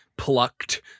plucked